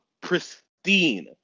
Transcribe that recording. pristine